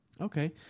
Okay